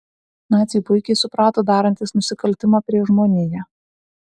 naciai puikiai suprato darantys nusikaltimą prieš žmoniją